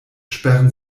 sperren